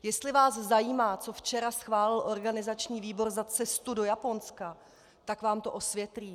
Jestli vás zajímá, co včera schválil organizační výbor za cestu do Japonska, tak vám to osvětlím.